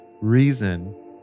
reason